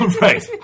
right